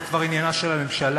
זה כבר עניינה של הממשלה,